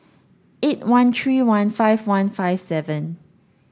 eight one three one five one five seven